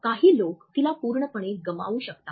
काही लोक तिला पूर्णपणे गमावू शकतात